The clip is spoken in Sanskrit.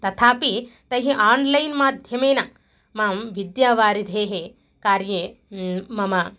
तथापि तैः आन्लैन् माध्यमेन मां विद्यावारिधेः कार्ये मम